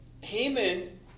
Haman